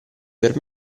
per